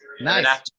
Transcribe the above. Nice